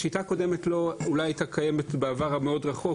השיטה הקודמת אולי הייתה קיימת בעבר הרחוק מאוד,